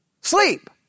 Sleep